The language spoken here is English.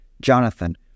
jonathan